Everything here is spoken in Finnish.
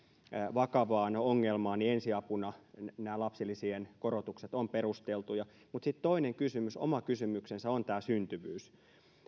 vakavaan ongelmaan ensiapuna nämä lapsilisien korotukset ovat perusteltuja mutta sitten toinen kysymys oma kysymyksensä on tämä syntyvyys